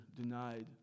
denied